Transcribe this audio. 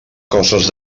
coses